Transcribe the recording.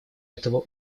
этого